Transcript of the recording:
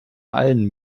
allen